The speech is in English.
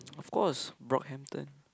of course Brockhampton